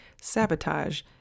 sabotage